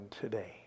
today